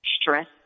stress